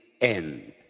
end